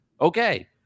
Okay